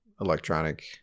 electronic